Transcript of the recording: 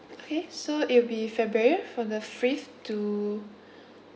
okay so it'll be february for the fifth to